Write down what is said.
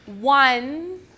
one